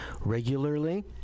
regularly